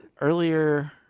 Earlier